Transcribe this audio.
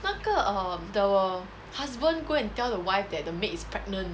那个 um the husband go and tell the wife that the maid is pregnant